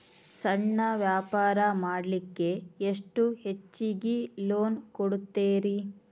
ಸಣ್ಣ ವ್ಯಾಪಾರ ಮಾಡ್ಲಿಕ್ಕೆ ಎಷ್ಟು ಹೆಚ್ಚಿಗಿ ಲೋನ್ ಕೊಡುತ್ತೇರಿ?